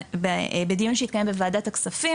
בדיון שהתקיים בוועדת הכספים,